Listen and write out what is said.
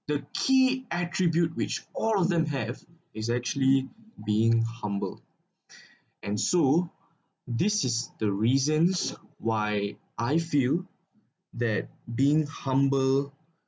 the key attribute which all of them have is actually being humble and so this is the reasons why I feel that being humble